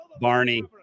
barney